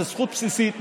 זו זכות בסיסית,